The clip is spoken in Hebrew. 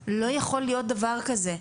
אפילו לא בזום, לא יכול להיות דבר כזה.